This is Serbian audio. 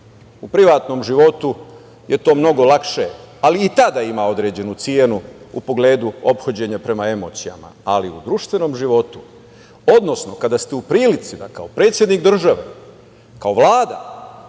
privatnom životu je to mnogo lakše, ali i tada ima određenu cenu u pogledu ophođenja prema emocijama, ali u društvenom životu, odnosno kada ste u prilici da kao predsednik države, kao Vlada,